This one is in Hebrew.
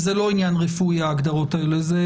ההגדרות האלה זה לא עניין רפואי אלא אלה